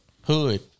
hood